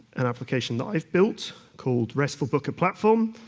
an application that i've built called restful booker platform.